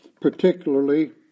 particularly